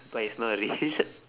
but it's not real